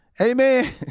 Amen